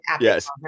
yes